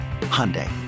Hyundai